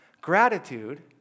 gratitude